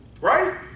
Right